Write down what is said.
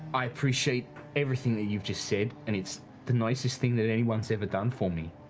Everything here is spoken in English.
i appreciate everything that you've just said and it's the nicest thing that anyone's ever done for me.